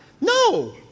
No